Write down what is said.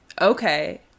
Okay